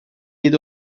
yedi